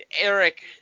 Eric